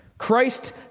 Christ